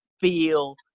feel